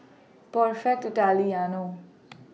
Perfect Italiano